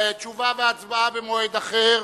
תשובה והצבעה במועד אחר.